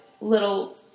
little